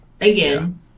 again